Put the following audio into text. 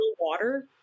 water